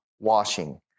washing